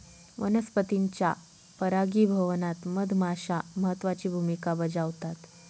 वनस्पतींच्या परागीभवनात मधमाश्या महत्त्वाची भूमिका बजावतात